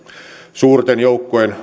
suurten joukkojen